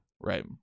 right